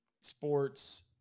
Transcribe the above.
Sports